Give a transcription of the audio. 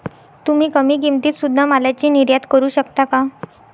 तुम्ही कमी किमतीत सुध्दा मालाची निर्यात करू शकता का